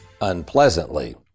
unpleasantly